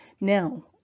Now